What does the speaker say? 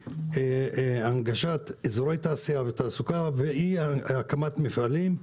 אי-הנגשת אזורי תעשייה ותעסוקה ואי הקמת מפעלים.